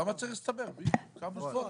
למה צריך להסתבך, בדיוק, אפשר בפועל